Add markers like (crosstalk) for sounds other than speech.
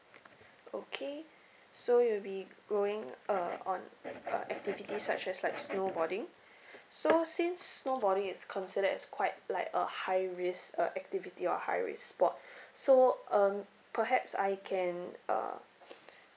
okay so you will be going uh on (noise) uh activities such as like snowboarding (breath) so since snowboarding is considered as quite like a high risk uh activity or high risk sport (breath) so um perhaps I can uh (breath)